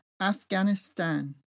Afghanistan